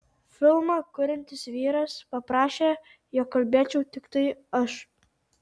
filmą kuriantis vyras paprašė jog kalbėčiau tiktai aš